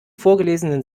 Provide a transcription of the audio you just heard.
vorgelesenen